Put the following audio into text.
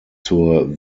zur